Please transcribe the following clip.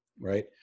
right